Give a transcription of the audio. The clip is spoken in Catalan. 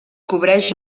cobreix